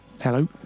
Hello